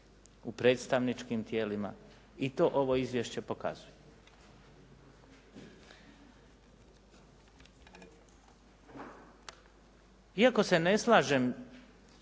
u predstavničkim tijelima i to ovo izvješće pokazuje. Iako se ne slažem